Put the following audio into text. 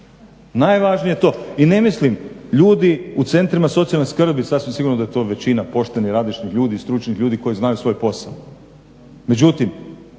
Najvažnije je to i ne mislim ljudi u centrima socijalne skrbi sasvim sigurno da je to većina poštenih, radišnih ljudi, stručnih ljudi koji znaju svoj posao. Međutim,